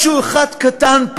משהו אחד קטן,